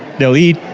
they'll eat,